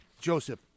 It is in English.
Joseph